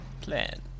plan